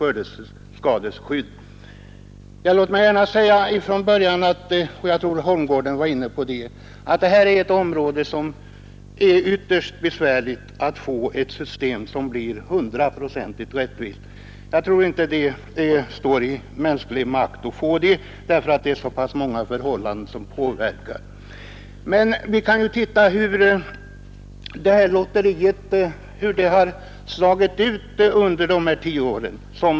Låt mig från början säga — det var också herr Johansson i Holmgården inne på — att det är ytterst besvärligt att åstadkomma ett hundraprocentigt rättvist system på det här området; jag tror inte det står i mänsklig makt att göra det, därför att det är så många faktorer som spelar in. Men vi kan ju se efter hur det här lotteriet utfallit under de tio åren.